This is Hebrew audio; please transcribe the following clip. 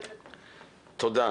תודה.